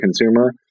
consumer